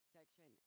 Section